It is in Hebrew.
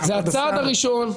זה הצעד הראשון,